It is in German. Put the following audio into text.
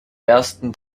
ersten